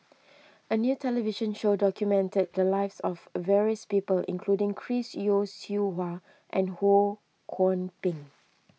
a new television show documented the lives of various people including Chris Yeo Siew Hua and Ho Kwon Ping